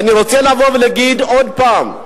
אני רוצה להגיד עוד פעם: